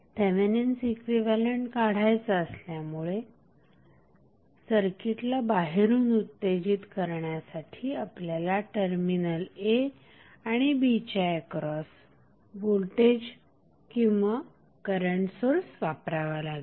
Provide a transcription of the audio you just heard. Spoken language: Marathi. थेवेनिन्स इक्विव्हॅलेंट काढायचा असल्यामुळे सर्किटला बाहेरून उत्तेजित करण्यासाठी आपल्याला टर्मिनल a आणि b च्या एक्रॉस व्होल्टेज किंवा करंट सोर्स वापरावा लागेल